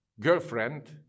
girlfriend